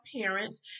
parents